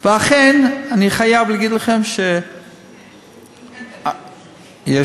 ואכן אני חייב להגיד לכם, שאין תקציב.